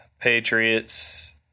Patriots